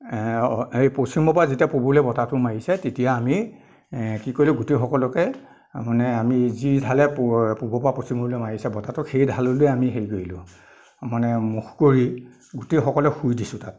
হেৰি পশ্চিমৰপৰা যেতিয়া পূবলৈ বতাহটো মাৰিছে তেতিয়া আমি কি কৰিলো গোটেইসকলোকে মানে আমি যি ফালে পূবৰপৰা পশ্চিমলৈ মাৰিছে বতাহটো সেই ঢাললৈ আমি হেৰি কৰিলোঁ মানে মুখ কৰি গোটেইসকলে শুই দিছোঁ তাত